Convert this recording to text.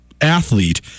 athlete